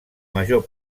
major